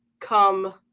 come